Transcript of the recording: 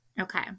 Okay